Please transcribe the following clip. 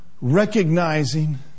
recognizing